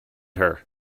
her